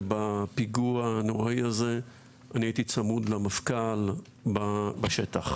ובפיגוע הנוראי הזה, הייתי צמוד למפכ"ל בשטח.